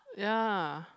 yeah